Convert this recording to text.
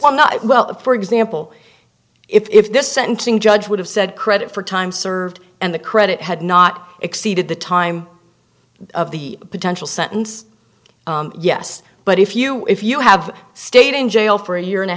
or not well for example if this sentencing judge would have said credit for time served and the credit had not exceeded the time of the potential sentence yes but if you if you have stayed in jail for a year and a